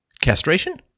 Castration